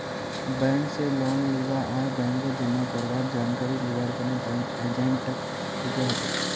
bank स loan लीबा आर बैंकत जमा करवार जानकारी लिबार तने बैंक एजेंटक पूछुवा हतोक